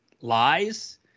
lies